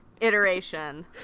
iteration